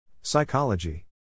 Psychology